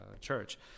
church